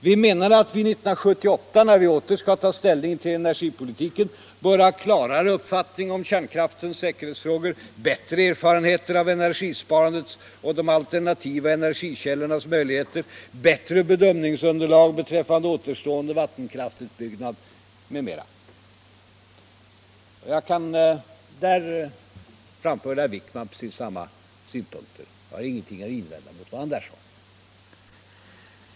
Vi menade att vi 1978, när vi åter skall ta ställning till energipolitiken, bör ha en klarare uppfattning om kärnkraftens säkerhetsfrågor, bättre erfarenheter av energisparandets och de alternativa energikällornas möjligheter, bättre bedömningsunderlag beträffande återstående vattenkraftutbyggnad m.m. Jag kan där vitsorda vikten av herr Fälldins synpunkter, vilka jag inte har något att invända mot.